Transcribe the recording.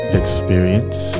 experience